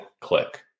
click